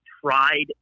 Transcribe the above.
tried